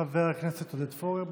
חבר הכנסת עודד פורר,